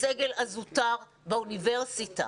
לסגל הזוטר באוניברסיטה,